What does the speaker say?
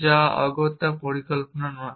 যা অগত্যা পরিকল্পনা নয়